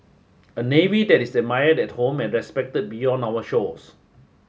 a navy that is admired at home and respected beyond our shores